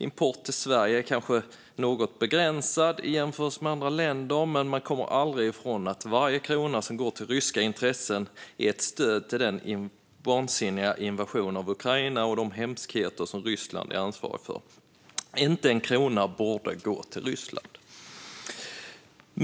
Importen till Sverige är kanske något begränsad i jämförelse med andra länder, men man kommer aldrig ifrån att varje krona som går till ryska intressen är ett stöd till den vansinniga invasion av Ukraina och de hemskheter som Ryssland är ansvarigt för. Inte en krona borde gå till Ryssland.